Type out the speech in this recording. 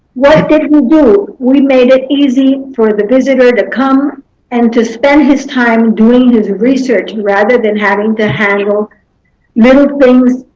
what did do? we made it easy for the visitor to come and to spend his time doing his research rather than having to handle little things,